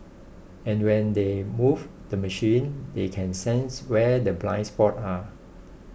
and when they move the machine they can sense where the blind spots are